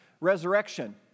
resurrection